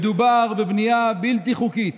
מדובר בבנייה בלתי חוקית